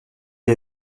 une